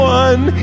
one